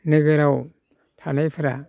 नोगोराव थानायफोरा